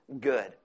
good